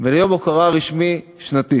וליום הוקרה רשמי שנתי.